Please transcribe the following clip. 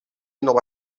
nova